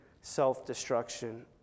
self-destruction